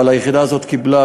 אבל היחידה הזאת קיבלה,